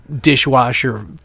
dishwasher